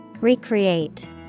Recreate